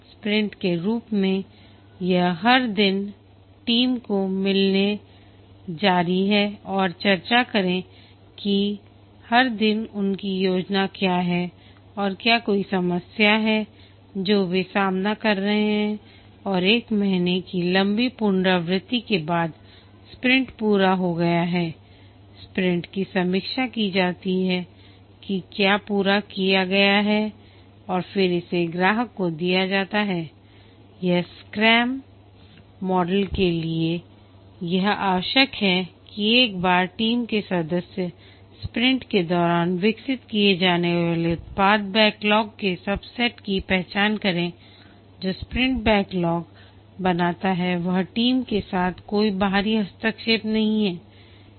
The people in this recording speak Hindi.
स्प्रिंट के रूप में यह हर दिन टीम को मिलने जारी है और चर्चा करें कि हर दिन उनकी योजना क्या है और क्या कोई समस्या है जो वे सामना कर रहे हैं और एक महीने की लंबी पुनरावृति के बाद स्प्रिंट पूरा हो गया है स्प्रिंट की समीक्षा की जाती है कि क्या पूरा किया गया है और फिर इसे ग्राहक को दिया जाता है या स्क्रैम मॉडल के लिए यह आवश्यक है कि एक बार टीम के सदस्य स्प्रिंट के दौरान विकसित किए जाने वाले उत्पाद बैकलॉग के सबसेट की पहचान करें जो स्प्रिंट बैकलॉग बनाता है व टीम के साथ कोई बाहरी हस्तक्षेप नहीं है